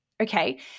okay